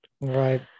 right